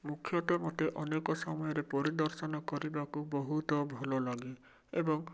ମୁଖ୍ୟତଃ ମୋତେ ଅନେକ ସମୟରେ ପରିଦର୍ଶନ କରିବାକୁ ବହୁତ ଭଲ ଲାଗେ ଏବଂ